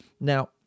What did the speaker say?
now